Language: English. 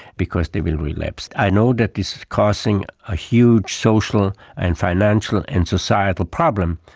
because they will relapse. i know that this is causing a huge social and financial and societal problem,